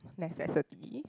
necessity